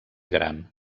gran